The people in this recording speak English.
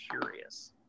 curious